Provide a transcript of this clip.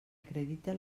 acredite